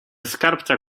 skarbca